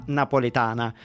napoletana